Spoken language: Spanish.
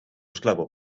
esclavo